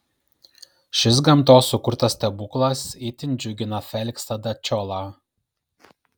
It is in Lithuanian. šis gamtos sukurtas stebuklas itin džiugina feliksą dačiolą